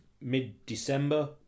mid-December